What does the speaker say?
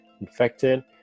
infected